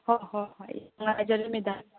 ꯍꯣꯏ ꯍꯣꯏ ꯍꯣꯏ ꯅꯨꯡꯉꯥꯏꯖꯔꯦ ꯃꯦꯗꯥꯝ